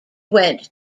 went